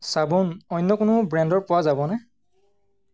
চাবোন অন্য কোনো ব্ৰেণ্ডৰ পোৱা যাবনে